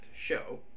show